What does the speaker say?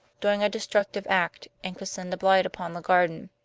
doing a destructive act and could send a blight upon the garden.